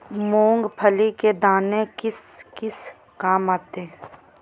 मूंगफली के दाने किस किस काम आते हैं?